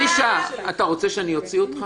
----- אלישע, אתה רוצה שאני אוציא אותך?